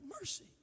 mercy